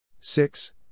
Six